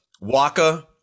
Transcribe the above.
Waka